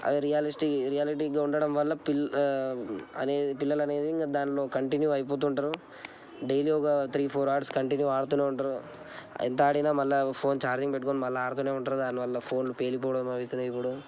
అవి రియలిస్టిక్ రియలిస్టిక్గా ఉండడం వల్ల పిల్లలు అనేది దాంట్లో ఇంకా కంటిన్యూ అయిపోతుంటారు డైలీ ఒక త్రీ ఫోర్ అవర్స్ ఆడుతు ఉంటారు ఎంత ఆడినా మళ్ళా ఫోన్ ఛార్జింగ్ పెట్టుకుని మళ్ళ ఆడుతూనే ఉంటారు దాని వల్ల ఫోన్స్ పేలిపోవడం అయితున్నాయి ఇప్పుడు